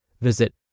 Visit